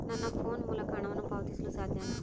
ನನ್ನ ಫೋನ್ ಮೂಲಕ ಹಣವನ್ನು ಪಾವತಿಸಲು ಸಾಧ್ಯನಾ?